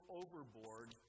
overboard